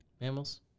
Mammals